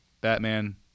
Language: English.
Batman